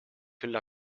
küll